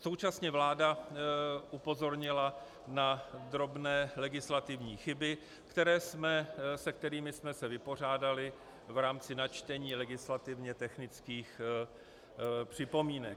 Současně vláda upozornila na drobné legislativní chyby, se kterými jsme se vypořádali v rámci načtení legislativně technických připomínek.